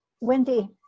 Wendy